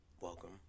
welcome